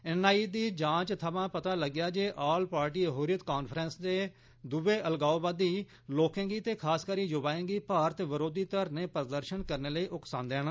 NIA दी जांच थवां पता लग्गा ऐ जे ऑल पार्टी हुर्रियत कांफ्रैंस ते दूए अलगाववादी लोकें गी ते खास करि युवाएं गी भारत विरोधी धरने प्रदर्शन करने लेई उकसान्दे न